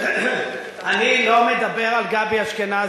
אני לא מדבר על גבי אשכנזי,